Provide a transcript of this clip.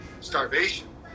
starvation